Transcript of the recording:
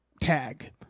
tag